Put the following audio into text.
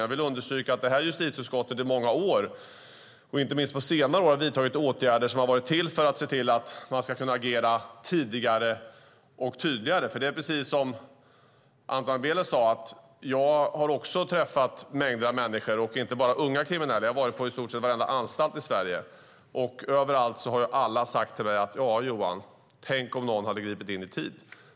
Jag vill understryka att justitieutskottet i många år, inte minst på senare år, har vidtagit åtgärder som har varit till för att se till att man kan agera tidigare och tydligare. Det är precis som Anton Abele sade; jag har också träffat mängder av människor, och inte bara unga kriminella. Jag har varit på i stort sett varenda anstalt i Sverige. Överallt har alla sagt till mig: Ja, Johan - tänk om någon hade gripit in i tid!